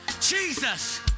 Jesus